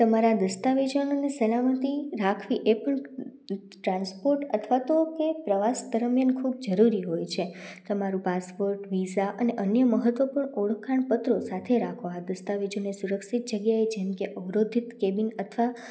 તમારા દસ્તાવેજો અને સલામતી રાખવી એ પણ ટ્રાન્સપોર્ટ અથવા તો કે પ્રવાસ દરમ્યાન ખૂબ જરૂરી હોય છે તમારું પાસપોર્ટ વિઝા અને અન્ય મહત્વપૂર્ણ ઓળખાણ પત્રો સાથે રાખવા દસ્તાવેજો ને સુરક્ષિત જગ્યાએ જેમકે અવરોધિત કેબિન અથવા